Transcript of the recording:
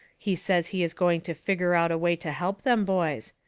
he says he is going to figger out a way to help them boys.